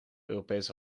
europees